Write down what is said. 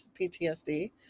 PTSD